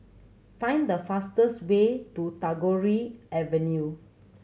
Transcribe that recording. find the fastest way to Tagore Avenue